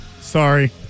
Sorry